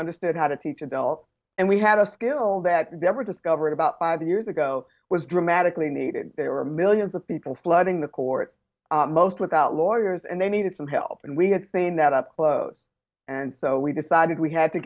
understood how to teach adults and we had a skill that never discovered about five years ago was dramatically needed there were millions of people flooding the court most without lawyers and they needed some help and we had saying that up close and so we decided we had to